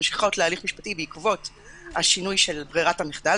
שממשיכות להליך משפטי בעקבות השינוי של ברירת המחדל,